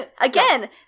Again